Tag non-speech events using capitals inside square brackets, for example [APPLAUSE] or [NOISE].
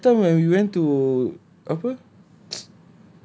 ya lah that time when we went to apa [NOISE]